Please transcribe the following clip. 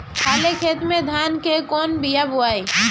खाले खेत में धान के कौन बीया बोआई?